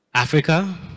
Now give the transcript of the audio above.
Africa